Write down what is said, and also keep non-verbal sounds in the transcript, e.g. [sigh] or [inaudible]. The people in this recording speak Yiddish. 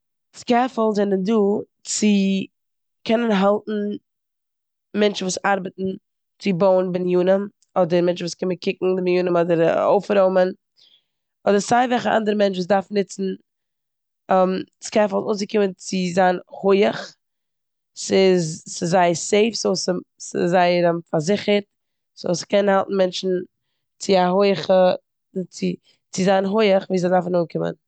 סקעפאלדס זענען דא צו קענען האלטן מענטשן וואס ארבעטן צו בויען בנינים, אדער מענטשן וואס קומען קוקן די בנינים, אדער אויפרוימען, אדער סיי וועלכע אנדערע מענטש וואס דארפן נוצן [hesitation] סקעפאלדס אנצוקומען צו זיין הויעך. ס'איז- ס'איז זייער סעיף, סאו ס- ס'זייער [hesitation] פארזיכערט סאו ס'קען האלטן מענטשן צו א הויעכע, צו- צו זיין הויעך ווי זיי דארפן אנקומען.